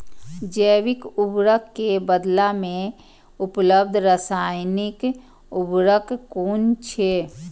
जैविक उर्वरक के बदला में उपलब्ध रासायानिक उर्वरक कुन छै?